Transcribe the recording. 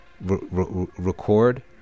record